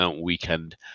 weekend